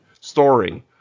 story